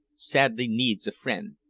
sadly needs a friend.